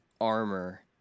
armor